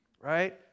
right